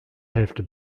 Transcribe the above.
hälfte